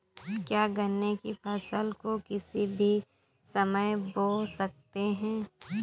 क्या गन्ने की फसल को किसी भी समय बो सकते हैं?